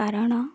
କାରଣ